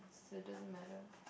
so it doesn't matter